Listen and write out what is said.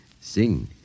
Sing